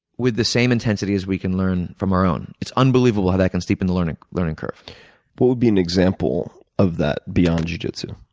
with the same intensity as we can learn from our own, it's unbelievable how that can steepen the learning learning curve. what would be an example of that beyond jiu jitsu?